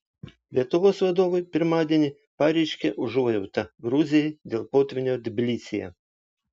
lietuvos vadovai pirmadienį pareiškė užuojautą gruzijai dėl potvynio tbilisyje